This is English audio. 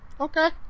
Okay